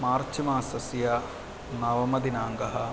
मार्च्मासस्य नवमदिनाङ्कः